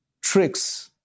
tricks